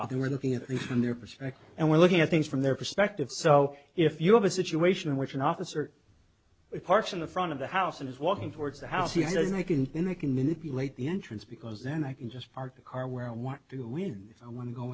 other we're looking at it from their perspective and we're looking at things from their perspective so if you have a situation in which an officer parks in the front of the house and is walking towards the house he says i can in i can manipulate the entrance because then i can just park the car where i want to when i want to go